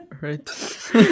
Right